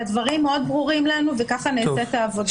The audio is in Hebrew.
הדברים מאוד ברורים לנו וכך נעשית העבודה.